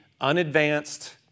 unadvanced